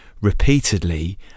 repeatedly